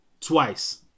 twice